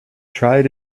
tried